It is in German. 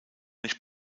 nicht